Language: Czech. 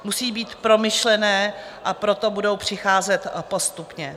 Musí být promyšlené, a proto budou přicházet postupně.